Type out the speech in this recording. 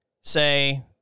Say